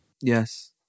Yes